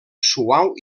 suau